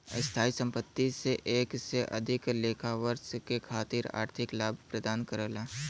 स्थायी संपत्ति से एक से अधिक लेखा वर्ष के खातिर आर्थिक लाभ प्रदान करला